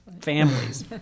Families